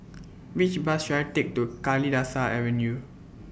Which Bus should I Take to Kalidasa Avenue